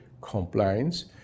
compliance